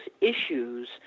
issues